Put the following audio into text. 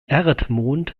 erdmond